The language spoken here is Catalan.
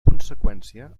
conseqüència